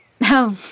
No